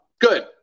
Good